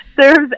Serves